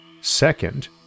Second